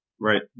Right